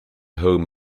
home